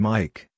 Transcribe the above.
Mike